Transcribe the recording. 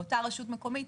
מאותה רשות מקומית,